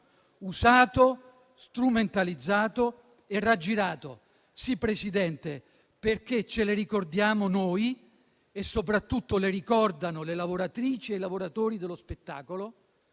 usato, strumentalizzato e raggirato. Sì, Presidente, perché ce le ricordiamo noi e soprattutto le ricordano le lavoratrici e i lavoratori dello spettacolo,